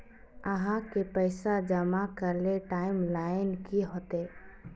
आहाँ के पैसा जमा करे ले टाइम लाइन की होते?